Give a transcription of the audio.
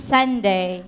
Sunday